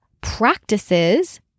practices